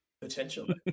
potentially